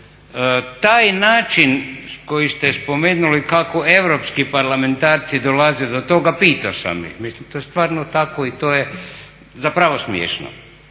Taj način koji ste spomenuli kako europski parlamentarci dolaze do toga, pitao sam ih. Mislim to je stvarno tako i to je zapravo smiješno.